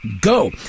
go